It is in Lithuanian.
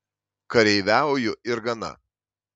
kareiviauju ir gana